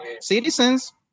citizens